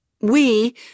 We